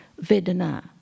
Vedana